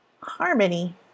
harmony